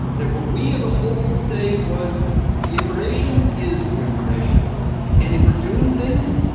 that what we as a whole say was the information, is the information and if we're doing things,